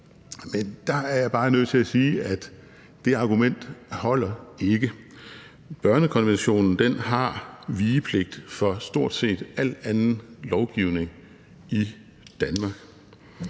Men der er jeg bare nødt til at sige, at det argument ikke holder. Børnekonventionen har vigepligt for stort set al anden lovgivning i Danmark.